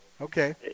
Okay